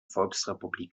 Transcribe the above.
volksrepublik